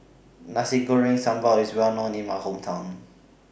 Nasi Goreng Sambal IS Well known in My Hometown